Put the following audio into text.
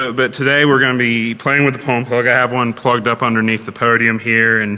ah but today we are going to be playing with the pwn um plug. i have one plugged up underneath the podium here. and